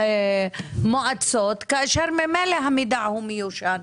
למועצות כאשר ממילא המידע הוא מיושן?